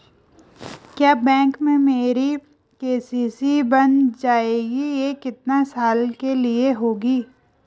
क्या बैंक में मेरी के.सी.सी बन जाएगी ये कितने साल के लिए होगी?